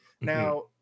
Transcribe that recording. Now